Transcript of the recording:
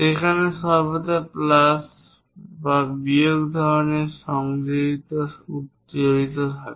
সেখানে সর্বদা প্লাস বা বিয়োগ ধরনের সংশোধন জড়িত থাকে